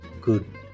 good